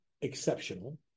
exceptional